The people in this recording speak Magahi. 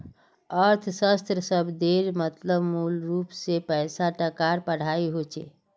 अर्थशाश्त्र शब्देर मतलब मूलरूप से पैसा टकार पढ़ाई होचे